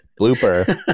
Blooper